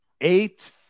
Eight